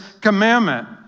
commandment